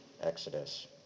exodus